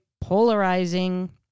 polarizing